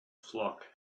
flock